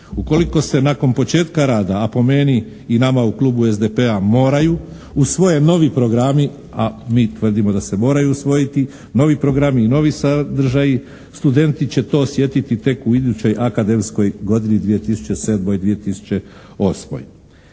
usvoje novi programi a mi tvrdimo da se moraju usvojiti novi programi i novi sadržaji studenti će to osjetiti tek u idućoj akademskoj godini 2007./2008.